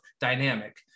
dynamic